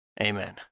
Amen